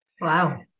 Wow